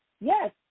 Yes